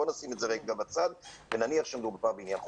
בואו נשים את זה רגע בצד ונניח שמדובר במשהו חוקי.